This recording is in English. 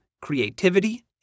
creativity